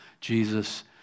Jesus